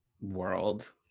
world